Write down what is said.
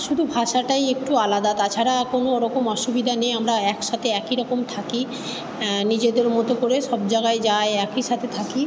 শুধু ভাষাটাই একটু আলাদা তাছাড়া কোনো ওরকম অসুবিধা নেই আমরা এক সাথে একই রকম থাকি নিজেদের মতো করে সব জায়গায় যাই একই সাথে থাকি